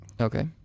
Okay